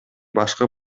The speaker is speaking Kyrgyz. башкы